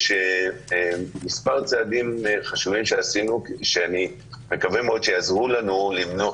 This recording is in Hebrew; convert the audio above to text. עשינו מספר צעדים חשובים ואני מקווה מאוד שיעזרו לנו למנוע